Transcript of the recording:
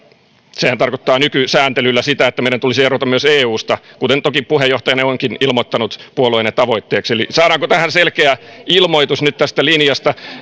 sehän tarkoittaa nykysääntelyllä sitä että meidän tulisi erota myös eusta kuten toki puheenjohtajanne onkin ilmoittanut puolueenne tavoitteeksi eli saadaanko tähän selkeä ilmoitus nyt tästä linjasta